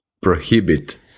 prohibit